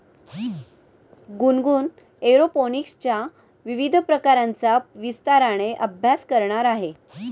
गुनगुन एरोपोनिक्सच्या विविध प्रकारांचा विस्ताराने अभ्यास करणार आहे